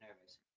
nervous